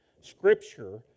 Scripture